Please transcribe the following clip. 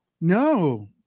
No